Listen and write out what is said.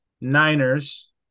Niners